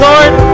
Lord